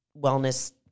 wellness